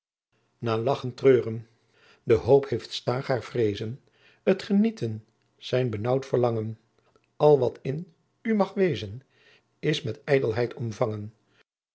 lagchen treuren de hoop heeft staag haar vreezen t genieten zijn benaauwd verlangen al wat in u mag wezen is met ijdelheid omvangen